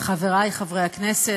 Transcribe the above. חבריי חברי הכנסת,